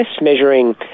measuring